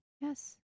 Yes